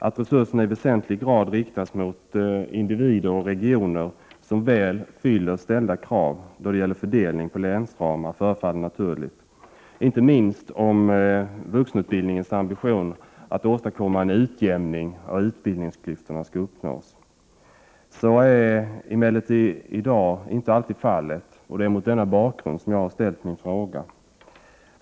Att resurserna då i väsentlig grad riktas mot individer och regioner som väl fyller ställda krav när det gäller fördelning på länsramar förefaller naturligt, inte minst om vuxenutbildningens ambition att åstadkomma en utjämning av utbildningsklyftorna skall uppnås. Så är emellertid i dag inte alltid fallet, och det är mot denna bakgrund jag ställt min fråga.